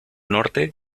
norte